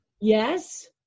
Yes